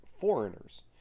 foreigners